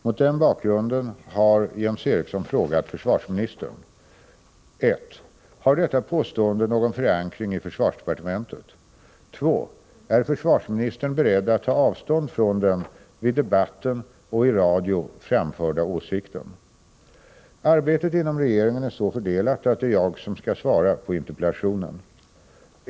Mot denna bakgrund har Jens Eriksson frågat försvarsministern: 1. Har detta påstående någon förankring i försvarsdepartementet? 2. Är försvarsministern beredd att ta avstånd från den vid debatten och i radio framförda åsikten? Arbetet inom regeringen är så fördelat att det är jag som skall svara på interpellationen.